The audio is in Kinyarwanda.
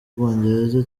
bwongereza